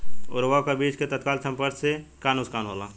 उर्वरक अ बीज के तत्काल संपर्क से का नुकसान होला?